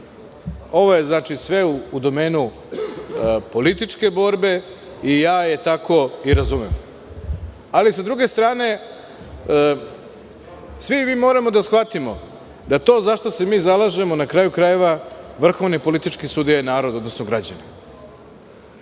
Ovo je sve u domenu političke borbe i ja je tako razumem.S druge strane, svi mi moramo da shvatimo da to zašta se mi zalažemo, na kraju krajeva vrhovni političi sudija je narod, odnosno građani.